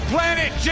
Planet